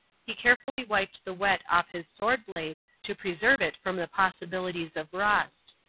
he carefully wiped the wet off his sword-blade to preserve it from the possibilities of rust.